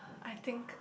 I think